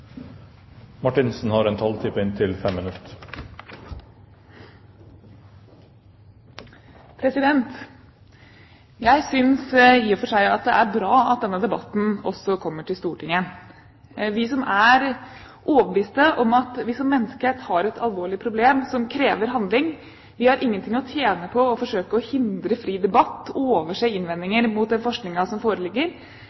forskningsmessige har som min viktigste oppgave å sjekke at den vitenskapelige kvaliteten holder mål. Det gjør den når det gjelder de store funnene og de store linjene i klimapanelets arbeid. Jeg synes i og for seg at det er bra at denne debatten også kommer til Stortinget. Vi som er overbeviste om at vi som menneskehet har et alvorlig problem som krever handling, har ingenting å tjene